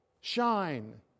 shine